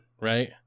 right